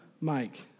Mike